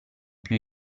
più